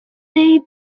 day